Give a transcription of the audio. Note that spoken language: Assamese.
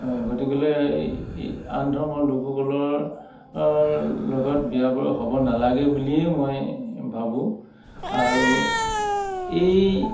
গতিকেলৈ আন ধৰ্মৰ লোকসকলৰ লগত বিয়া বাৰু হ'ব নালাগে বুলিয়েই মই ভাবোঁ আৰু এই